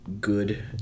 good